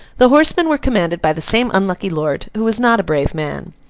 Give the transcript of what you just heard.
the horsemen were commanded by the same unlucky lord, who was not a brave man.